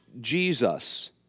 Jesus